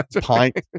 pint